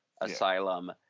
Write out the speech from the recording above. Asylum